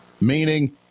Meaning